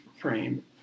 frame